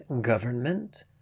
government